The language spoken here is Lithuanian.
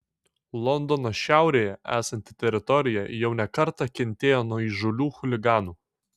londono šiaurėje esanti teritorija jau ne kartą kentėjo nuo įžūlių chuliganų